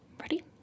Ready